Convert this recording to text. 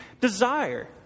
desire